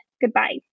goodbye